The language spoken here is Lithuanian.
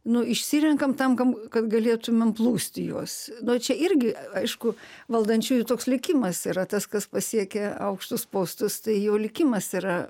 nu išsirenkam tam kam kad galėtumėm plūsti juos čia irgi aišku valdančiųjų toks likimas yra tas kas pasiekia aukštus postus tai jo likimas yra